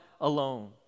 alone